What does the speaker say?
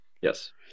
Yes